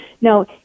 No